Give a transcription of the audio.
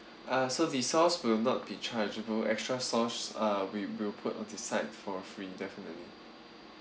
ah so the sauce will not be chargeable extra sauce ah we will put on the site for free definitely